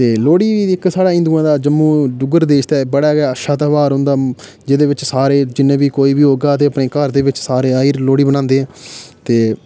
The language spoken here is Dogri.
ते लोह्ड़ी इक साढ़ा हिन्दूऐं दा जम्मू डुग्गर देश दा इक बड़ा गै अच्छा ध्यार होंदा जेह्दे बिच सारे जि'न्ने बी कोई बी होगा ते अपने घर दे बिच सारे आई'र लोह्ड़ी बनांदे ते